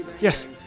Yes